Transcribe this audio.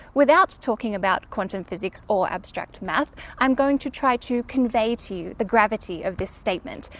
without talking about quantum physics or abstract math i'm going to try to convey to you the gravity of this statement,